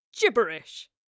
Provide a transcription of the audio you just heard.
Gibberish